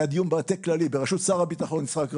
היה דיון במטה הכללי בראשות שר הביטחון יצחק רבין.